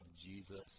Jesus